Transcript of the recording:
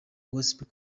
gospel